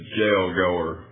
jail-goer